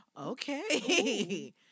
Okay